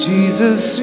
Jesus